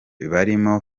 barimo